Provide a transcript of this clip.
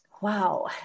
Wow